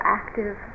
active